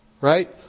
right